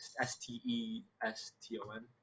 s-t-e-s-t-o-n